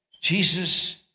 Jesus